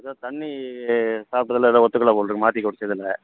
அதுதான் தண்ணி சாப்பிடறதுல ஏதோ ஒத்துக்கலை போல் இருக்குது மாற்றி குடிச்சதில்